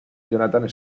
jonathan